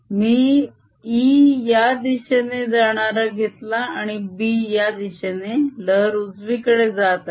मी E या दिशेने जाणारा घेतला आणि B या दिशेने लहर उजवीकडे जात आहे